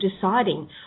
deciding